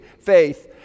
Faith